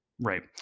Right